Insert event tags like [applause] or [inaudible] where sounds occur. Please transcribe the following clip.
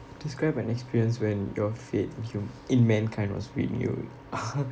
describe an experience when your faith in hum~ in mankind was renewed [laughs]